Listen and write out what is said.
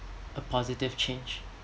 a positive change